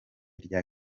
rya